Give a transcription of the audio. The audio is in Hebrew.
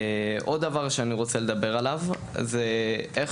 עוד דבר שאני רוצה לדבר עליו זה איך